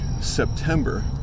September